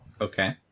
Okay